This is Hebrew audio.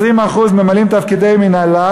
20% ממלאים תפקידי מינהלה,